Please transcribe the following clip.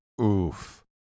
Oof